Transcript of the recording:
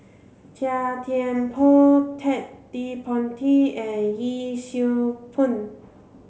Chia Thye Poh Ted De Ponti and Yee Siew Pun